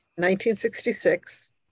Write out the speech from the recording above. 1966